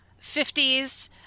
50s